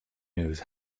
news